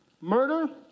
Murder